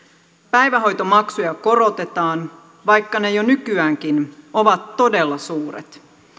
päivähoitomaksuja korotetaan vaikka ne jo nykyäänkin ovat todella suuret